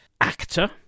actor